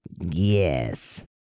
Yes